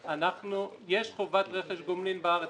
יש חובת רכש גומלין בארץ.